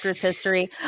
history